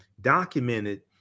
documented